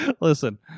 listen